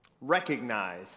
recognize